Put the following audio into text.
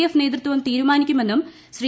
F നേതൃത്വം തീരുമാനിക്കുമെന്നും ശ്രീ